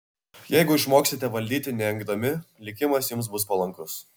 jeigu išmoksite valdyti neengdami likimas jums bus palankus